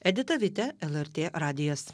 edita vitė lrt radijas